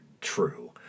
true